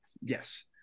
Yes